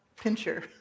pincher